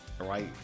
right